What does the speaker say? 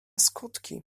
skutki